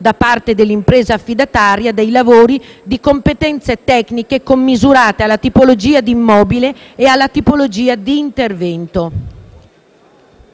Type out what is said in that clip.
da parte dell'impresa affidataria dei lavori, di competenze tecniche commisurate alla tipologia di immobile e alla tipologia di intervento.